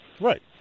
right